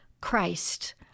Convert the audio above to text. Christ